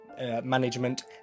management